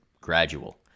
gradual